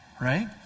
Right